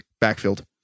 backfield